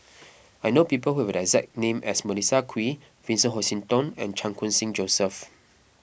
I know people who have the exact name as Melissa Kwee Vincent Hoisington and Chan Khun Sing Joseph